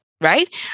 right